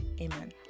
amen